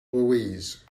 louise